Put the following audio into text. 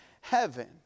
heaven